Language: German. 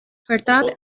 vertrat